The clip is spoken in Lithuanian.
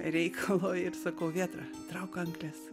reikalo ir sakau vėtra trauk kankles